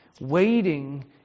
Waiting